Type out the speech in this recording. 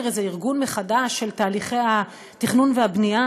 איזה ארגון מחדש של תהליכי התכנון והבנייה,